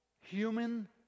human